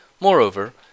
Moreover